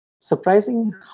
surprising